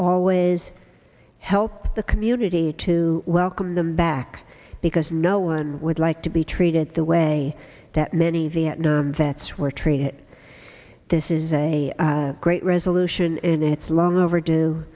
always help the community to welcome them back because no one would like to be treated the way that many vietnam vets were treated this is a great resolution and it's long overdue